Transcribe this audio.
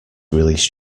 released